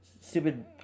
stupid